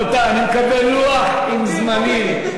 רבותי, אני מקבל לוח עם זמנים,